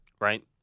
Right